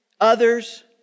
others